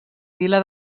vila